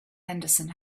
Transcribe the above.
henderson